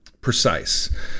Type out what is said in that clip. precise